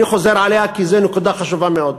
אני חוזר עליה כי זאת נקודה חשובה מאוד.